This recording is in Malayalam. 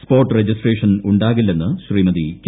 സ്പോട്ട് രജിസ്ട്രേഷൻ ഉണ്ടാകില്ലെന്ന് ശ്രീമതി കെ